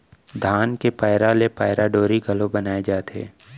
धान के पैरा ले पैरा डोरी घलौ बनाए जाथे